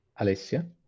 Alessia